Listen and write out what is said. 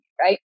right